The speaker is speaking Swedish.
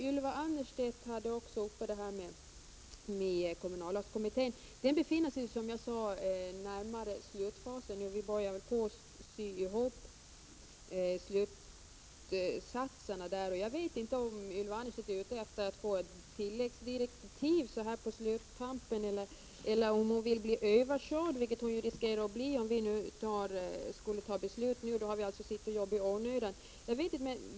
Ylva Annerstedt tog också upp kommunallagskommittén. Den befinner sig, som jag sade, nära slutfasen i sitt arbete, och vi börjar nu komma fram till slutsatserna. Jag vet inte om Ylva Annerstedt är ute efter att så här på sluttampen åstadkomma tilläggsdirektiv eller om hon vill bli överkörd — det riskerar kommittén att bli om riksdagen skulle fatta beslut nu; då har kommittén alltså arbetat i onödan.